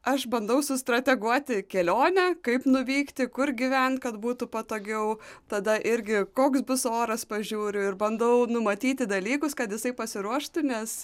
aš bandau sustrateguoti kelionę kaip nuvykti kur gyvent kad būtų patogiau tada irgi koks bus oras pažiūriu ir bandau numatyti dalykus kad jisai pasiruoštų nes